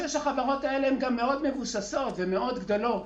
שש החברות האלה גם מאוד מבוססות ומאוד גדולות.